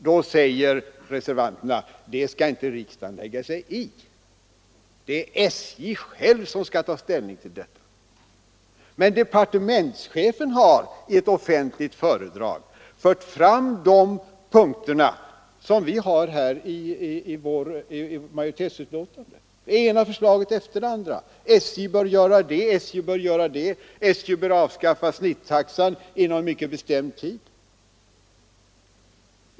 Då säger reservanterna: Det skall inte riksdagen lägga sig i — det är SJ som självständigt skall ta ställning till detta. Men departementschefen har i ett offentligt föredrag fört fram punkter som vi på grund av motionen tar upp i vår majoritetsskrivning. Det gäller det ena förslaget efter det andra: SJ bör göra det och SJ bör göra det — SJ bör t.ex. avskaffa snittaxan inom en bestämd tid.